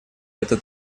это